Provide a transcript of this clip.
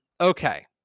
Okay